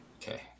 Okay